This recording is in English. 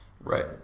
Right